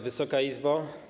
Wysoka Izbo!